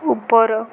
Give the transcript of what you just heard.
ଉପର